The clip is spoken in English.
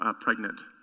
pregnant